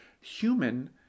human